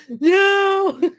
No